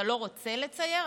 אתה לא רוצה לצייר?